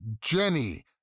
Jenny